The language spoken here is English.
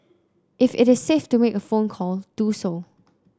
if it is safe to make a phone call do so